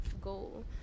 goal